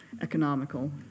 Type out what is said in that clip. economical